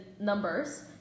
numbers